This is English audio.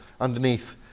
underneath